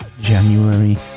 January